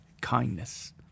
Kindness